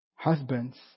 Husbands